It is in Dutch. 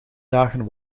dagen